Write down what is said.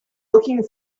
looking